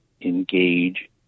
engage